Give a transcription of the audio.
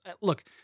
Look